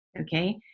Okay